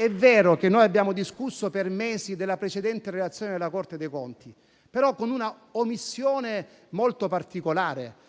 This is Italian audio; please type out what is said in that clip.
È vero che abbiamo discusso per mesi della precedente relazione della Corte dei conti, ma con una omissione molto particolare,